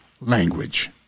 language